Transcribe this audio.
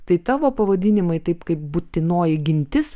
tai tavo pavadinimai taip kaip būtinoji gintis